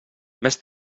més